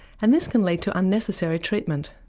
and this can lead to unnecessary treatment.